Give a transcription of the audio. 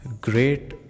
great